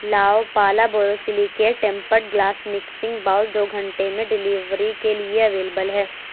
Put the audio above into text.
لاؤپالا بوروسلی کے tempered glass mixing bowl دو گھنٹے میں ڈیلیوری کے لیے اویلیبل ہے